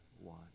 One